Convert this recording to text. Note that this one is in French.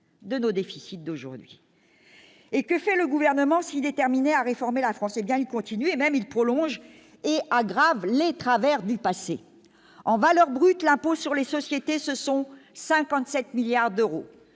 de nos déficits d'aujourd'hui et que fait le gouvernement si déterminé à réformer la France, hé bien continue et même il prolonge et aggrave les travers du passé en valeur brute, l'impôt sur les sociétés, ce sont 57 milliards d'euros